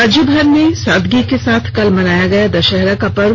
राज्य भर में सादगी के साथ कल मनाया गया दशहरा का पर्व